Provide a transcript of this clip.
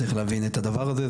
צריך להבין את הדבר הזה.